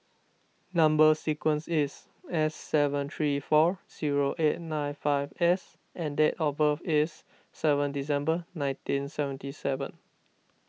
Number Sequence is S seven three four zero eight nine five S and date of birth is seven December nineteen seventy seven